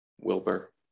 Wilbur